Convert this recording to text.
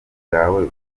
bwawe